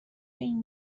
این